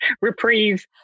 reprieve